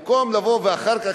במקום לבוא ואחר כך,